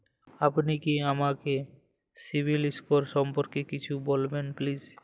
আপনি কি আমাকে সিবিল স্কোর সম্পর্কে কিছু বলবেন প্লিজ?